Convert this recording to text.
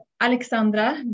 Alexandra